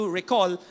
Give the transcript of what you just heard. recall